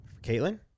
Caitlin